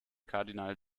kardinal